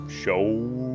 show